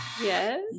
yes